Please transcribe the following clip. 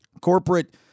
corporate